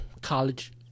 college